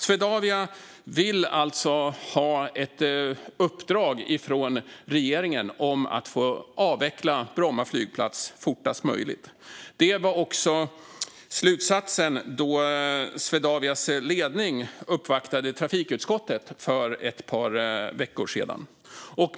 Swedavia vill alltså ha ett uppdrag från regeringen om att få avveckla Bromma flygplats fortast möjligt. Det var också slutsatsen då Swedavias ledning uppvaktade trafikutskottet för ett par veckor sedan.